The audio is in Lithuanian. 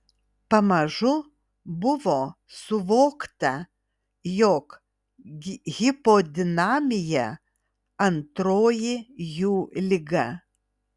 pamažu buvo suvokta jog hipodinamija antroji jų liga